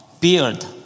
beard